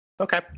Okay